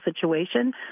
situation